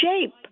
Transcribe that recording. shape